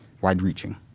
wide-reaching